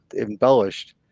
embellished